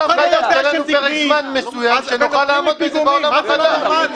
אז תן לנו פרק זמן מסוים שנוכל להתרגל לעולם החדש.